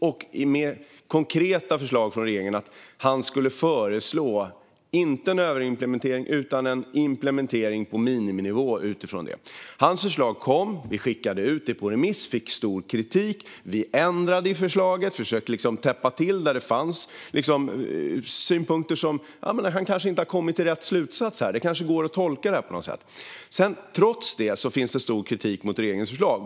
Det mer konkreta förslaget från regeringen var att han skulle föreslå inte en överimplementering utan en implementering på miniminivå utifrån det. Hans förslag kom. Vi skickade ut det på remiss. Det fick stor kritik. Vi ändrade i förslaget. Vi försökte liksom täppa till där det fanns synpunkter. Han hade kanske inte kommit fram till rätt slutsats. Det kanske gick att tolka det på något sätt. Trots det finns det stor kritik mot regeringens förslag.